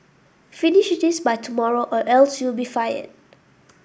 finish this by tomorrow or else you'll be fired